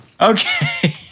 Okay